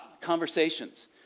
conversations